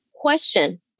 question